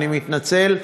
אני מתנצל,